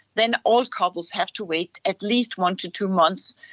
then all couples have to wait at least one to two months